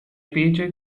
paycheck